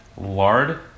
Lard